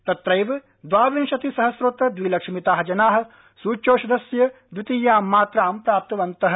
तत्रैव दवाविंशति सहस्रोतर दविलक्ष मिताः जनाः सूच्यौषधस्य द्वितीयां मात्रां प्राप्तवन्तः